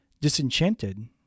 disenchanted